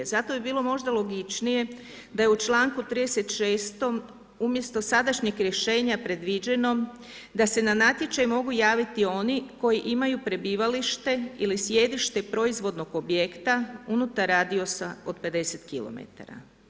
Zato bi bilo možda logičnije da je u članku 36. umjesto sadašnjeg rješenja predviđeno da se na natječaj mogu javiti oni koji imaju prebivalište ili sjedište proizvodnog objekta unutar radijusa od 50km.